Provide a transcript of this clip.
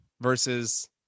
versus